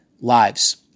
lives